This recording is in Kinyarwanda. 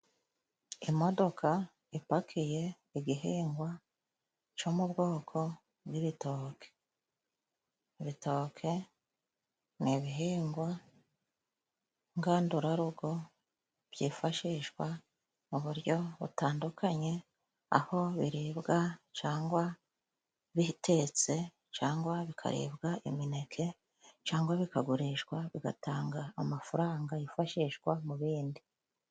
Imodoka ipakiye igihingwa cyo mu bwoko bw'ibitoke. Ibitoke ni ibihingwa ngandurarugo byifashishwa mu buryo butandukanye, aho biribwa cangwa bitetse, cangwa bikaribwa imineke, cangwa bikagurishwa bigatanga amafaranga yifashishwa mu bindi.